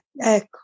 ecco